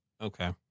Okay